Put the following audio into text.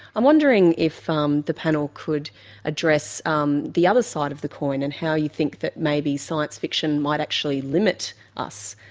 i'm wondering if ah um the panel could address um the other side of the coin and how you think that maybe science fiction might actually limit us,